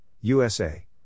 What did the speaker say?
USA